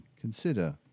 consider